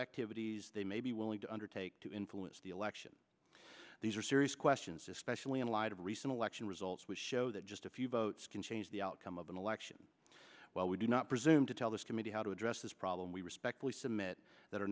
activities they may be willing to undertake to influence the election these are serious questions especially in light of recent election results which show that just a few votes can change the outcome of an election while we do not presume to tell this committee how to address this problem we respectfully submit that our